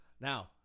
Now